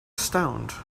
stoned